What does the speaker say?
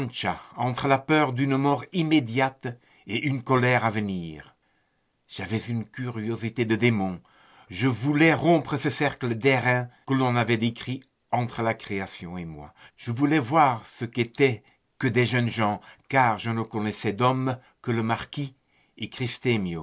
entre la peur d'une mort immédiate et une colère à venir j'avais une curiosité de démon je voulais rompre ce cercle d'airain que l'on avait décrit entre la création et moi je voulais voir ce que c'était que des jeunes gens car je ne connais d'hommes que le marquis